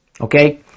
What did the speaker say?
okay